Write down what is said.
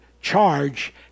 charge